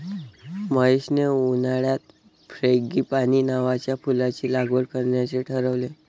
महेशने उन्हाळ्यात फ्रँगीपानी नावाच्या फुलाची लागवड करण्याचे ठरवले